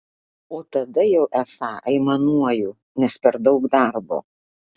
o tada jau esą aimanuoju nes per daug darbo